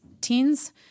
teens